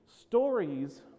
Stories